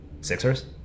Sixers